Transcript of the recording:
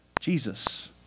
Jesus